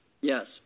Yes